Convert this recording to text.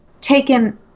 taken